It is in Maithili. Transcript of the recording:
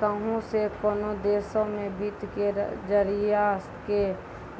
कहुं से कोनो देशो मे वित्त के जरिया के